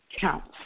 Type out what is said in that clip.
counts